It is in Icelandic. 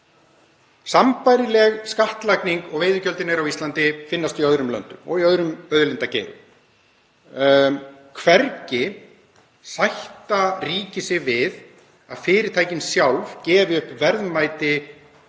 Sambærileg skattlagning og veiðigjöldin eru á Íslandi finnst í öðrum löndum og í öðrum auðlindageirum. Hvergi sætta ríki sig við að fyrirtækin sjálf gefi upp verðmæti afurða